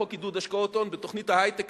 בחוק עידוד השקעות הון בתוכנית ההיי-טק,